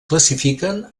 classifiquen